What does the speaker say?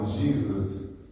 Jesus